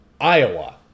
Iowa